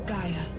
gaia